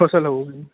ਫਸਲ ਹੋਵੇਗੀ